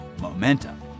momentum